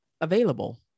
available